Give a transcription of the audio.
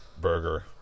burger